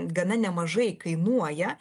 gana nemažai kainuoja